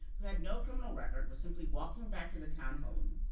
who had no criminal record, was simply walking back to the townhome,